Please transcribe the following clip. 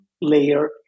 layer